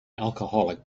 alcoholic